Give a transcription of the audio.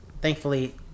thankfully